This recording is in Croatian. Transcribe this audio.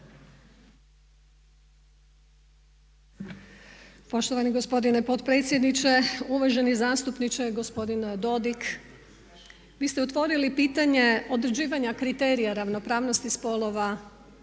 Poštovani gospodine potpredsjedniče. Uvaženi zastupniče, gospodine Dodig! Vi ste otvorili pitanje određivanja kriterija ravnopravnosti spolova